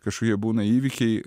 kažkokie būna įvykiai